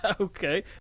Okay